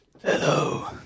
Hello